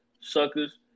suckers